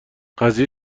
قضیه